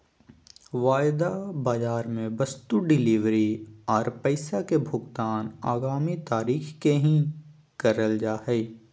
वायदा बाजार मे वस्तु डिलीवरी आर पैसा के भुगतान आगामी तारीख के ही करल जा हय